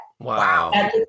Wow